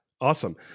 Awesome